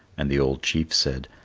and the old chief said,